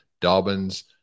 Dobbins